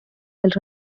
dels